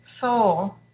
soul